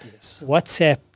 WhatsApp